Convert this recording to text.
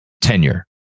tenure